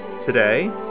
Today